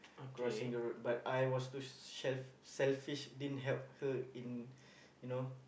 crossing the road but I was too shell~ selfish didn't help her in you know